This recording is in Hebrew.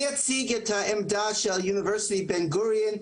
אני אציג את העמדה של אוניברסיטת בן גוריון,